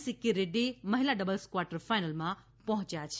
સિક્કી રેક્રી મહિલા doubles quarter ફાઇનલમાં પહોંચ્યા છે